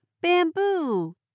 bamboo